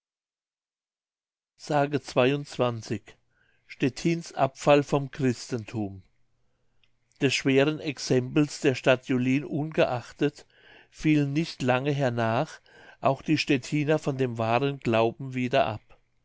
s stettins abfall von christenthum des schweren exempels der stadt julin ungeachtet fielen nicht lange hernach auch die stettiner von dem wahren glauben wieder ab